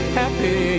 happy